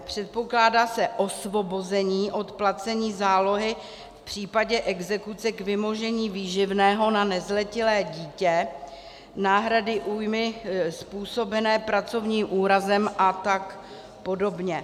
Předpokládá se osvobození od placení zálohy v případě exekuce k vymožení výživného na nezletilé dítě, náhrady újmy způsobené pracovním úrazem a tak podobně.